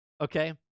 Okay